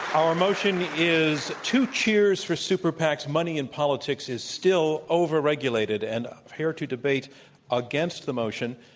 our motion is, two cheers for super pacs money in politics is still overregulated. and here to debate against the motion,